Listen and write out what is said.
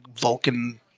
Vulcan